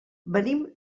venim